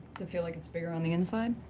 it feel like it's bigger on the inside?